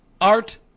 Art